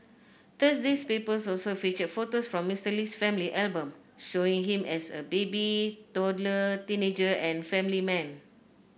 Thursday's papers also featured photos from Mister Lee's family album showing him as a baby toddler teenager and family man